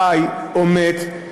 חי או מת,